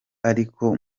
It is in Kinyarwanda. ariko